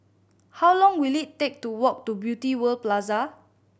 how long will it take to walk to Beauty World Plaza